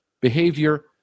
behavior